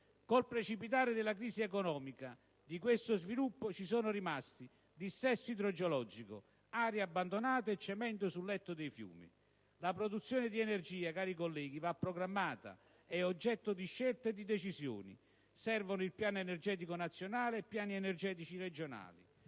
Col precipitare della crisi economica, di questo sviluppo ci sono rimasti dissesto idrogeologico, aree abbandonate e cemento sul letto dei fiumi. La produzione di energia, cari colleghi, va programmata, è oggetto di scelte e di decisioni: servono il piano energetico nazionale e piani energetici regionali.